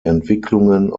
entwicklungen